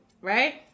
right